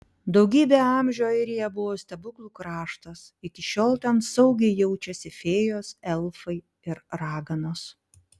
daugybę amžių airija buvo stebuklų kraštas iki šiol ten saugiai jaučiasi fėjos elfai ir raganos